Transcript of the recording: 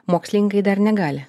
mokslingai dar negali